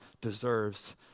deserves